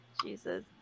jesus